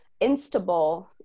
instable